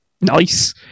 nice